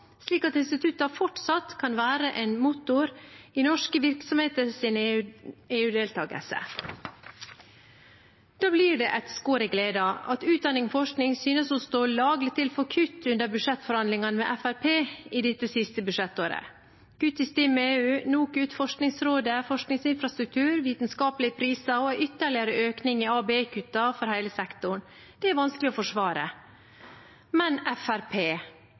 slik at instituttene fortsatt kan være en motor i norske virksomheters EU-deltakelse. Da blir det et skår i gleden at utdanning og forskning synes å stå lagelig til for kutt under budsjettforhandlingene med Fremskrittspartiet i dette siste budsjettåret. Kutt til STIM-EU, NOKUT, Forskningsrådet, forskningsinfrastruktur, vitenskapelige priser og ytterligere økning i ABE-kuttene for hele sektoren er vanskelig å forsvare. Men